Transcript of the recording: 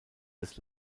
des